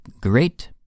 great